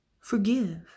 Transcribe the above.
Forgive